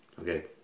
Okay